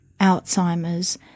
Alzheimer's